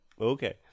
Okay